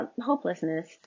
hopelessness